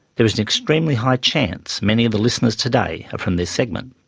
there is an extremely high chance many of the listeners today are from this segment.